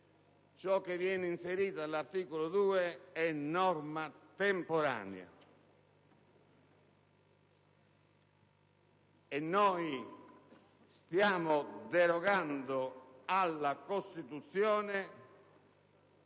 viene inserita all'articolo 2 una norma temporanea. Noi stiamo derogando alla Costituzione